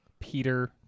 Peter